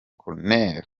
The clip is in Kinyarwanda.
col